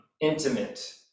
intimate